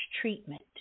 Treatment